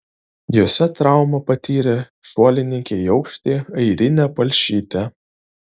jose traumą patyrė šuolininkė į aukštį airinė palšytė